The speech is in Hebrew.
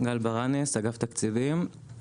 גל ברנס אגף תקציבים.